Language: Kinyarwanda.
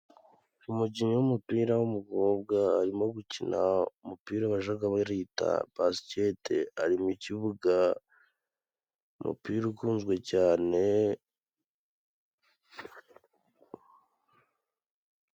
Umukinnyi w'umupira w'umukobwa arimo gukina umupira bajaga barita basiketl. Ari mu kibuga umupira ukunzwe cyane.